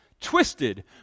twisted